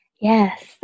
Yes